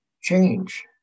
change